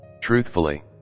Truthfully